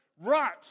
Right